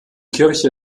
kirche